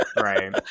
Right